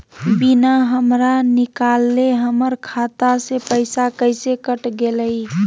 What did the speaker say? बिना हमरा निकालले, हमर खाता से पैसा कैसे कट गेलई?